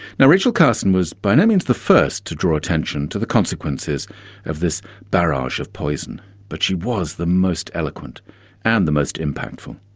now, rachel carson was by no means the first to draw attention to the consequences of this barrage of poison but she was the most eloquent and the most impactful.